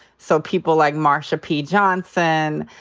so people like marsha p. johnson,